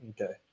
Okay